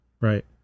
Right